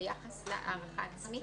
ביחס להערכה עצמית.